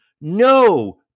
No